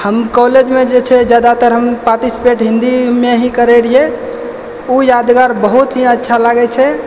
हम कॉलेजमे जे छै जादातर हम पार्टिसिपेट हिन्दीमे ही करैत रहियै ओ यादगार बहुत ही अच्छा लागैत छै